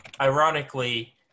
Ironically